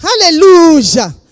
Hallelujah